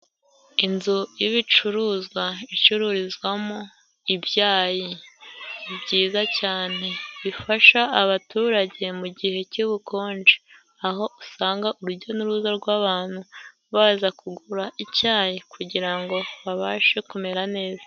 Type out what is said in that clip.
Inzu y'ibicuruzwa icururizwamo ibyayi. Ni byiza cyane. Bifasha abaturage mu gihe cy'ubukonje aho usanga urujya n'uruza rw'abantu baza kugura icyayi, kugira ngo babashe kumera neza.